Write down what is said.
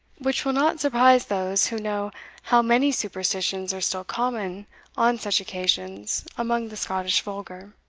which will not surprise those who know how many superstitions are still common on such occasions among the scottish vulgar.